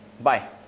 Bye